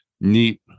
neat